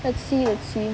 let's see let's see